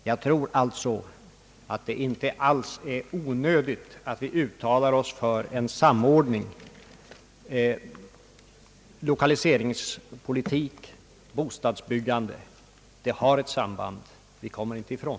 Jag tror alltså att det inte alls är onödigt att vi uttalar oss för en samordning. Lokaliseringspolitik och bostadsbyggande har ett samband, det kommer vi inte ifrån.